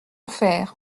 faire